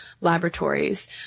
Laboratories